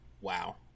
Wow